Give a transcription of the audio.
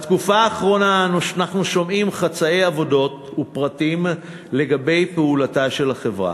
בתקופה האחרונה אנחנו שומעים חצאי עובדות ופרטים לגבי פעולתה של החברה,